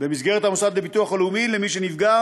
במסגרת המוסד לביטוח הלאומי למי שנפגע